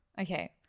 okay